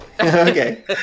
Okay